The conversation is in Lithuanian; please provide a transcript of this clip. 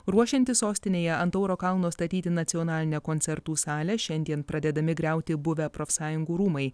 ruošianti sostinėje ant tauro kalno statyti nacionalinę koncertų salę šiandien pradedami griauti buvę profsąjungų rūmai